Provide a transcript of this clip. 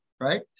right